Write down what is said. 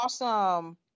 Awesome